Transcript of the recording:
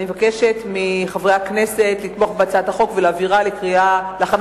אני מבקשת מחברי הכנסת לתמוך בהצעת החוק ולהעבירה להכנה